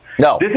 No